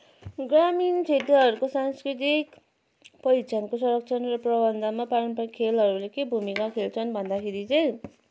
ग्रामीण क्षेत्रहरूको सांस्कृतिक पहिचानको संरक्षण र प्रवर्धनमा पारम्परिक खेलहरूले के भूमिका खेल्छन् भन्दाखेरि चाहिँ